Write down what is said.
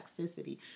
toxicity